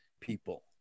people